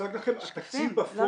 הוצג לכם התקציב בפועל.